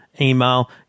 email